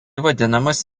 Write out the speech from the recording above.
vadinamas